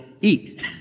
eat